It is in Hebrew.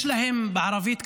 יש להם בערבית,